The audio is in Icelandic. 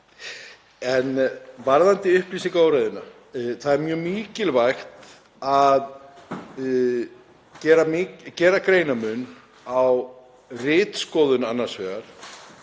En varðandi upplýsingaóreiðuna þá er mjög mikilvægt að gera greinarmun á ritskoðun annars vegar